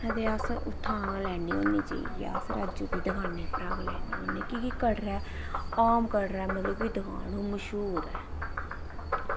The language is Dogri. ते अस उत्थां लैन्ने होन्ने जाइयै अस राजू दी दकानै उप्परा गै लैन्ने होन्ने की के कटरै आम कटरै दी ओह् दकान मशहूर ऐ